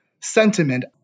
sentiment